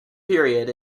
period